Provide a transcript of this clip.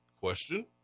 question